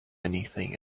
anything